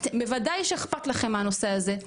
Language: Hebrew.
בוודאי שאכפת לכם מהנושא הזה.